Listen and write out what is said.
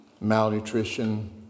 malnutrition